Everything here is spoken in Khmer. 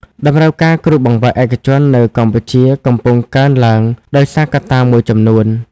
តម្រូវការគ្រូបង្វឹកឯកជននៅកម្ពុជាកំពុងកើនឡើងដោយសារកត្តាមួយចំនួន។